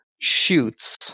shoots